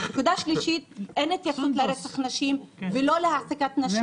נקודה שלישית אין התייחסות לרצח נשים ולא להעסקת נשים.